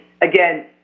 Again